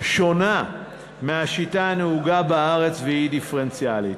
שונה מהשיטה הנהוגה בארץ, והיא דיפרנציאלית.